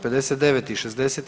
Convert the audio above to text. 59. i 60.